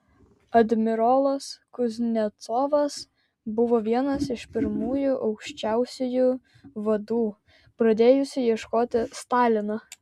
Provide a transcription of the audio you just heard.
admirolas kuznecovas buvo vienas iš pirmųjų aukščiausiųjų vadų pradėjusių ieškoti stalino